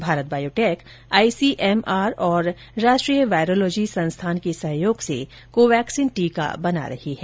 Bharat Biotech ICMR और राष्ट्रीय virology संस्थान के सहयोग से कोवैक्सीन टीका बना रही है